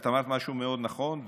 את אמרת משהו מאוד נכון,